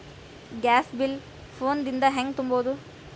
Gas bill phone ದಿಂದ ಹ್ಯಾಂಗ ತುಂಬುವುದು?